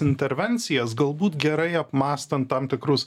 intervencijas galbūt gerai apmąstant tam tikrus